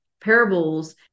parables